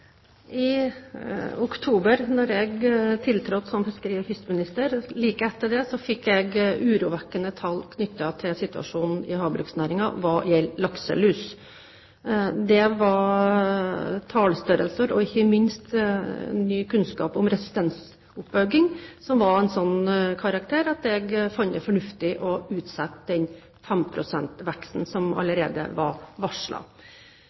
I oktober – like etter at jeg tiltrådte som fiskeri- og kystminister – fikk jeg urovekkende tall knyttet til situasjonen i havbruksnæringen når det gjaldt lakselus. Det var tallstørrelser og ikke minst ny kunnskap om resistensoppbygging som var av en slik karakter at jeg fant det fornuftig å utsette den 5 pst.-veksten som